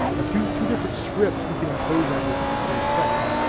two two different scripts we can impose on this same text,